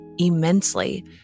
immensely